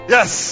Yes